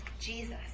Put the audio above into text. Jesus